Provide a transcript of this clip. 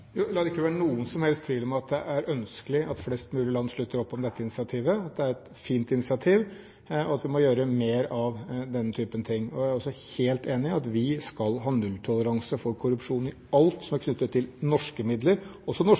La det ikke være noen som helst tvil om at det er ønskelig at flest mulig land slutter opp om dette initiativet – det er et fint initiativ – og at vi må gjøre mer av den typen ting. Jeg er også helt enig i at vi skal ha nulltoleranse for korrupsjon i alt som er knyttet til norske midler, også